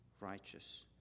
righteous